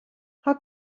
how